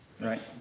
right